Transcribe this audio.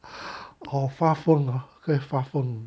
oh 发疯 hor 会发疯